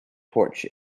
torch